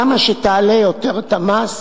כמה שתעלה יותר את המס